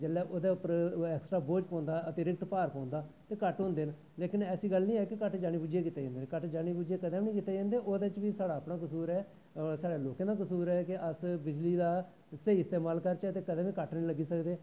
जिसलै ओह्दे पर अतिरिक्त भार पौंदा बोझ पौंदा ते कट्ट हंदे न लेकिन ऐसी गल्ल नी ऐ कि कट्ट जानी बुज्झियै कीते जंदे न कट्ट जानी बुज्झियै कदैं बी नी कीते जंदे ओह्दै च बी साढ़ा अपना कसूर ऐ साढ़ा लोकें दा कसूर ऐ कि अस बीजली दा स्हेई इस्तेमाल करचै ते कदैं बी कट्ट नी लग्गी सकदे